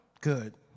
Good